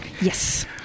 Yes